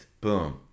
Boom